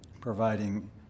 providing